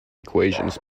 equations